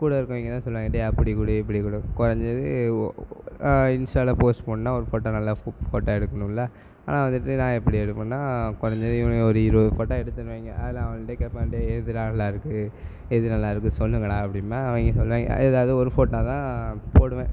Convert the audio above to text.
கூட இருக்கிறவிங்க தான் சொல்லுவாய்ங்க டேய் அப்படி கொடு இப்படி கொடு குறஞ்சது ஒ இன்ஸ்ட்டாவில போஸ்ட் போடணுனா ஒரு ஃபோட்டா நல்ல சூப்பர் ஃபோட்டா எடுக்கணும்ல ஆனால் வந்துட்டு நான் எப்படி எடுப்பேன்னா குறஞ்சது இவனுங்க ஒரு இருபது ஃபோட்டா எடுத்து தருவாய்ங்க அதில் அவனுங்கள்ட்ட கேட்பேன் டேய் எதுடா நல்லா இருக்குது எது நல்லா இருக்குது சொல்லுங்கடா அப்படிம்பேன் அவங்க சொல்லுவாய்ங்க அதில் ஏதாவது ஒரு ஃபோட்டா தான் போடுவேன்